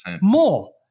More